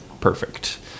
perfect